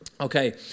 Okay